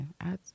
ads